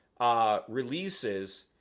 releases